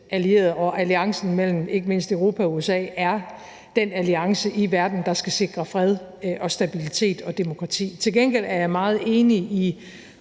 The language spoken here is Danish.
allierede. Alliancen mellem ikke mindst Europa og USA er den alliance i verden, der skal sikre fred og stabilitet og demokrati. Til gengæld er jeg meget enig i